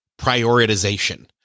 prioritization